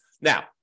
Now